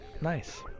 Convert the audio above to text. Nice